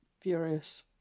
furious